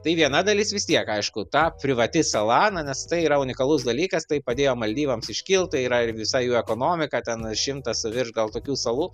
tai viena dalis vis tiek aišku ta privati sala na nes tai yra unikalus dalykas tai padėjo maldyvams iškilt tai yra ir visai ekonomika ten šimtas virš gal tokių salų